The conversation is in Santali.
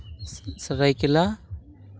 ᱥᱟᱹᱨᱟᱹᱭᱠᱮᱞᱟ